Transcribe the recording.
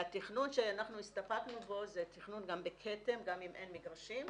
והתכנון שאנחנו הסתפקנו בו זה תכנון גם בכתם גם אם אין מגרשים.